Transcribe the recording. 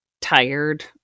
tired